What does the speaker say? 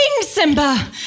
Simba